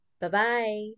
Bye-bye